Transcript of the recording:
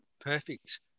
perfect